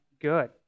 good